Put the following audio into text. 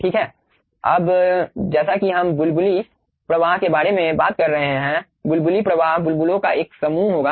ठीक है अब जैसा कि हम बुलबुली प्रवाह के बारे में बात कर रहे हैं की बुलबुली प्रवाह बुलबुलों का एक समूह होगा